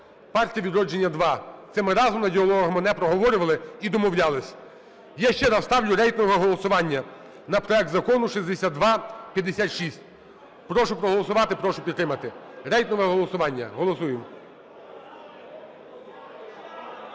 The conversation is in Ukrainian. Партія "Відродження" – 2. Це ми разом на "Діалогах Моне" проговорювали і домовлялися! Я ще раз ставлю рейтингове голосування на проект Закону 6256. Прошу проголосувати. Прошу підтримати. Рейтингове голосування. Голосуємо.